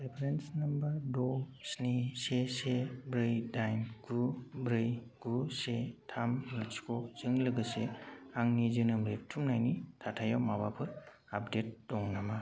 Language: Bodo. रेफारेन्स नम्बर द' स्नि से से ब्रै दाइन गु ब्रै गु से थाम लाथिख' जों लोगोसे आंनि जोनोम रेबथुमनायनि थाथायाव माबाफोर आपडेट दङ नामा